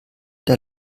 der